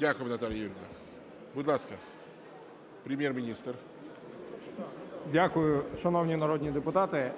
Дякуємо, Наталія Юріївна. Будь ласка, Прем'єр-міністр. 11:03:15 ГОНЧАРУК О.В. Дякую, шановні народні депутати.